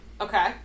Okay